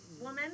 woman